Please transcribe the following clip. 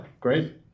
great